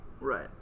Right